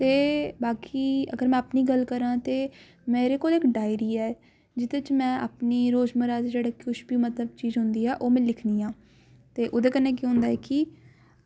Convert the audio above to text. ते बाकी अगर में अपनी गल्ल करां ते मेरे कोल इक्क डायरी ऐ जेह्दे च में अपनी रोज मर्रा दी जेह्ड़ा कुछ बी मतलब चीज में कोई चीज़ होंदी ऐ ओह् में लिखनी आं ते ओह्दे कन्नै केह् होंदा ऐ कि